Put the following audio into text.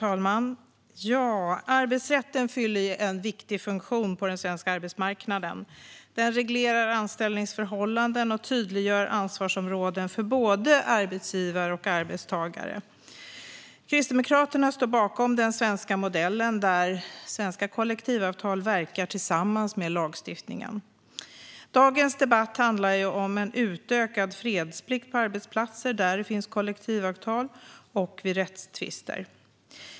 Fru talman! Arbetsrätten fyller en viktig funktion på den svenska arbetsmarknaden. Den reglerar anställningsförhållanden och tydliggör ansvarsområden för både arbetsgivare och arbetstagare. Kristdemokraterna står bakom den svenska modellen, där svenska kollektivavtal verkar tillsammans med lagstiftningen. Dagens debatt handlar om utökad fredsplikt på arbetsplatser där det finns kollektivavtal och vid rättstvister.